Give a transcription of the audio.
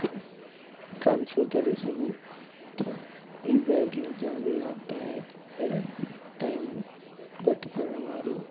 transfer करे सघूं था ई बैंकिंग जाम लाभदायक ऐं टाइम घटि खणण वारो